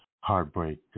Heartbreak